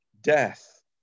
death